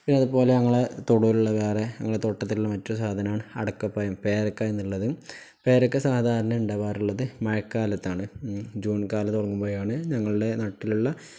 പിന്നെ അതുപോലെ ഞങ്ങളുടെ തൊടിയിലുള്ള വേറെ ഞങ്ങളുടെ തോട്ടത്തിലുള്ള മറ്റൊരു സാധനമാണ് അടയ്ക്കാപ്പഴം പേരയ്ക്കയെന്നുള്ളത് പേരയ്ക്ക സാധാരണ ഉണ്ടാകാറുള്ളത് മഴക്കാലത്താണ് ഉം ജൂൺ കാലം തുടങ്ങുമ്പോഴാണ് ഞങ്ങളുടെ നാട്ടിലുള്ള